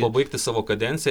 pabaigti savo kadenciją